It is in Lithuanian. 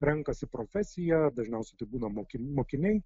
renkasi profesiją dažniausiai būna mokin mokiniai